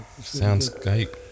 Soundscape